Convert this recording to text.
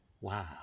Wow